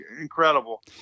Incredible